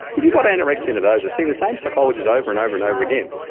if you've got anorexia nervosa, seeing the same psychologist over and over and over again,